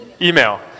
Email